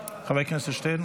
חבר הכנסת שטרן,